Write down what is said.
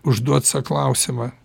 užduot sau klausimą